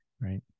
right